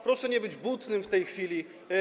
Proszę nie być butnym w tej chwili.